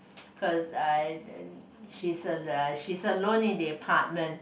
cause uh she's uh she's alone in the apartment